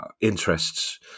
interests